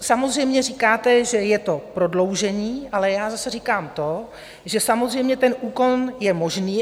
Samozřejmě, říkáte, že je to prodloužení, ale já zase říkám to, že samozřejmě ten úkon je možný.